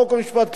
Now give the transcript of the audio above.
חוק ומשפט,